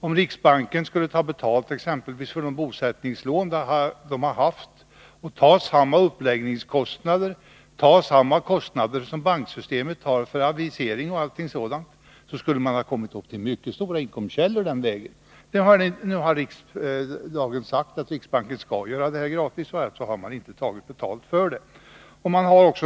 Om riksbanken skulle ta betalt exempelvis för kostnader i samband med bosättningslånen och debitera samma uppläggningskostnader och samma kostnader för avisering och annat sådant som det reguljära banksystemet, så skulle man den vägen få mycket stora inkomstkällor. Nu har riksdagen sagt att riksbanken skall göra detta gratis, och därför har man inte tagit betalt för det.